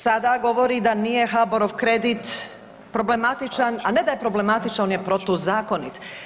Sada govori da nije HBOR-ov kredit problematičan, a ne da je problematičan, on je protuzakonit.